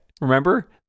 remember